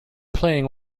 playing